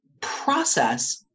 process